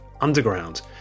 Underground